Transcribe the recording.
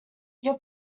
your